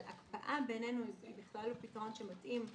אבל הקפאה בעינינו הוא בכלל לא פתרון שמתאים,